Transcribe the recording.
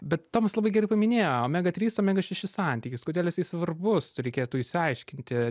bet tomas labai gerai paminėjo omega trys omega šeši santykis kodėl jisai svarbus reikėtų išsiaiškinti